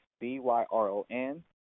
B-Y-R-O-N